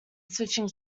switching